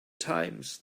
times